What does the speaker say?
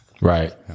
Right